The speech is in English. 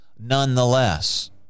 nonetheless